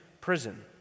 prison